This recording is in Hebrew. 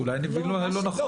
אולי אני מבין לא נכון.